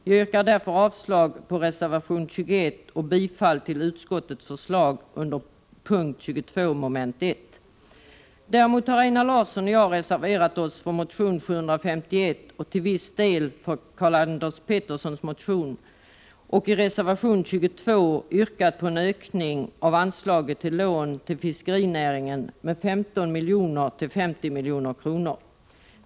Jag yrkar därför avslag på reservation 21 och bifall till utskottets förslag under punkt 22 mom. 1. Däremot har Einar Larsson och jag i reservation 22 reserverat oss till förmån för motion 751 och till viss del för Karl-Anders Peterssons motion. Vi har i reservationen yrkat på en ökning av anslaget till lån till fiskerinäringen med 15 milj.kr., till 50 milj.kr.